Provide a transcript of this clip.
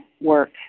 work